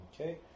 Okay